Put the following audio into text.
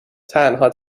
تنها